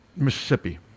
Mississippi